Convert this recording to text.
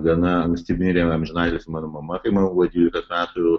gana anksti mirė amžinatilsį mano mama kai man buvo dvylika metų